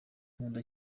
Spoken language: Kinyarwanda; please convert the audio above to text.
nkunda